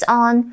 on